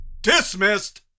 Dismissed